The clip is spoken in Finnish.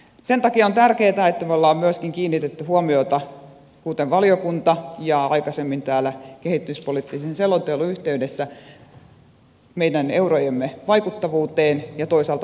sen takia on tärkeätä että me olemme myöskin kiinnittäneet huomiota kuten valiokunnassa ja aikaisemmin täällä kehityspoliittisen selonteon yhteydessä meidän eurojemme vaikuttavuuteen ja toisaalta valvontaan